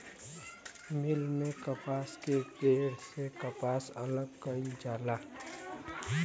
मिल में कपास के पेड़ से कपास अलग कईल जाला